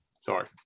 Sorry